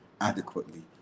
adequately